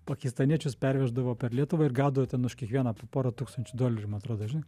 pakistaniečius perveždavo per lietuvą ir gaudo ten už kiekvieną po porą tūkstančių dolerių man trodo žinai